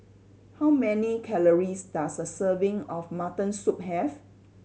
how many calories does a serving of mutton soup have